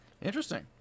Interesting